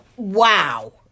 Wow